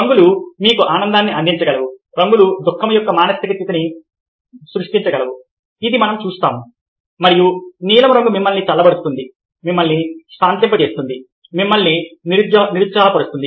రంగులు మీకు ఆనందాన్ని అందించగలవు రంగులు దుఃఖం యొక్క మానసిక స్థితిని సృష్టించగలవు ఇది మనం చూస్తాము మరియు నీలం రంగు మిమ్మల్ని చల్లబరుస్తుంది మిమ్మల్ని శాంతింపజేస్తుంది మిమ్మల్ని నిరుత్సాహపరుస్తుంది